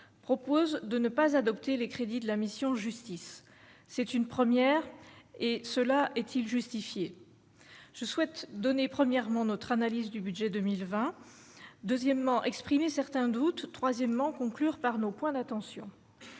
propose de ne pas adopter les crédits de la mission Justice c'est une première et cela est-il justifié, je souhaite donner premièrement notre analyse du budget 2020, deuxièmement exprimé certains doutes troisièmement conclure par nos points d'attention